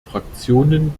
fraktionen